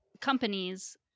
companies